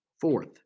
fourth